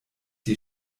die